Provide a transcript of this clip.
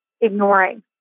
ignoring